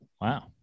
Wow